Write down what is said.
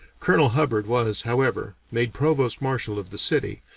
colonel hubbard was, however, made provost-marshal of the city,